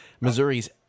Missouri's